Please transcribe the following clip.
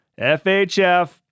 FHF